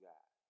God